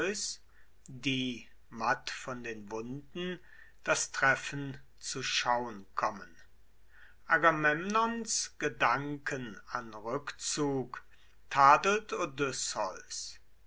die matt von den wunden das treffen zu schaun kommen agamemnons gedanken an rückzug tadelt odysseus